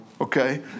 Okay